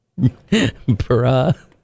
Bruh